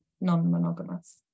non-monogamous